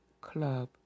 club